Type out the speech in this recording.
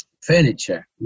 furniture